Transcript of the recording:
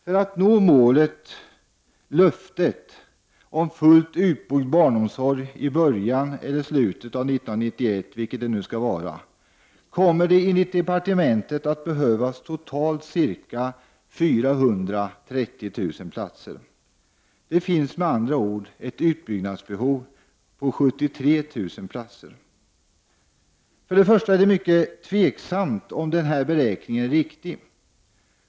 För att nå målet/löftet om fullt utbyggd barnomsorg i början eller slutet av 1991, vilket det nu skall vara, kommer det enligt departementet att behövas ca 430 000 platser. Det finns med andra ord ett utbyggnadsbehov av 73 000 platser. För det första är det mycket tveksamt om denna beräkning är riktig.